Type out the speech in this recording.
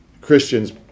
Christians